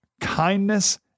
kindness